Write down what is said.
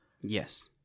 Yes